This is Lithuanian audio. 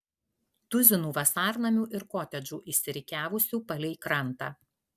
tuzinų vasarnamių ir kotedžų išsirikiavusių palei krantą